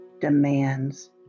demands